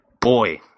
boy